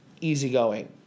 easygoing